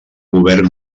govern